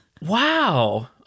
Wow